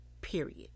period